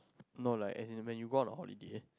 no like as in when you go on a holiday